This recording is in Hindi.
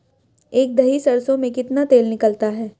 एक दही सरसों में कितना तेल निकलता है?